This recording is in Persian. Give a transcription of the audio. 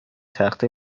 تخته